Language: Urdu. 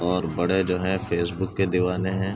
اور بڑے جو ہیں فیس بک کے دیوانے ہیں